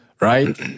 right